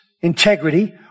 integrity